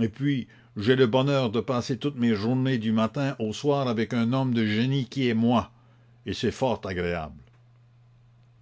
et puis j'ai le bonheur de passer toutes mes journées du matin au soir avec un homme de génie qui est moi et c'est fort agréable